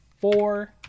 four